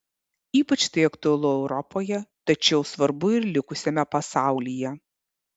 ypač tai aktualu europoje tačiau svarbu ir likusiame pasaulyje